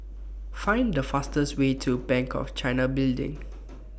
Find The fastest Way to Bank of China Building